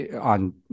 on